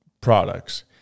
products